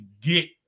get